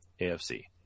AFC